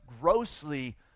grossly